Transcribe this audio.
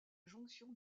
jonction